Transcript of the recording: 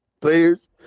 players